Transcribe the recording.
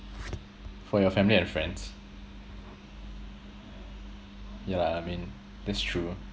for your family and friends ya lah I mean that's true